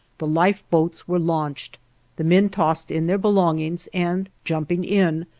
the life boats were launched the men tossed in their belongings and, jumping in,